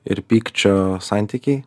ir pykčio santykiai